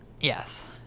Yes